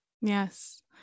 yes